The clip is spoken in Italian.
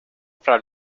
fra